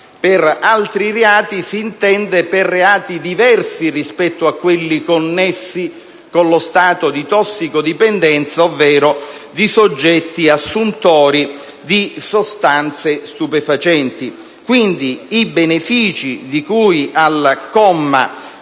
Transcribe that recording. (per «altri reati» si intende reati diversi rispetto a quelli connessi con lo stato di tossicodipendenza, ovvero di soggetti assuntori di sostanze stupefacenti). Pertanto, i benefici di cui al comma